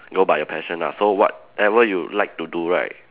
go by your passion lah so whatever you like to do right